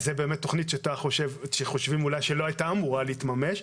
תכנית שחושבים אולי שלא הייתה אמור להתממש.